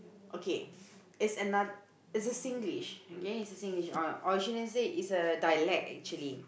okay it's anoth~ it's a Singlish okay it's a Singlish or or you shouldn't say it's a dialect actually